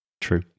True